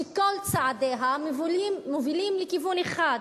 שכל צעדיה מובילים לכיוון אחד: